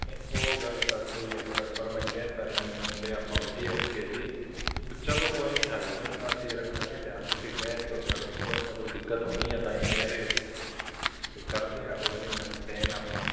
ਉਹ ਗੱਲ ਤਾਂ ਸਹੀ ਹੈ ਸਰ ਪਰ ਮੈਂ ਕਹਿ ਤਾਂ ਰਿਹਾ ਵੀ ਮੁੰਡੇ ਆਪਾਂ ਵਧੀਆ ਰੱਖੇ ਸੀ ਚਲੋ ਕੋਈ ਨਹੀਂ ਹਾਈਜੀਨ ਦਾ ਅਸੀਂ ਰੱਖਾਂਗੇ ਧਿਆਨ ਤੁਸੀਂ ਕਹਿ ਰਹੇ ਹੋ ਤਾਂ ਕੋਈ ਨਾ ਕੋਈ ਦਿੱਕਤ ਹੋਣੀ ਹੈ ਤਾਂ ਹੀ ਕਹਿ ਰਹੇ ਹੋ ਫੇਰ ਕਰਦੇ ਹਾਂ ਕੋਈ ਨਹੀਂ ਮਨਟੇਨ ਆਪਾਂ